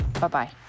Bye-bye